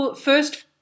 first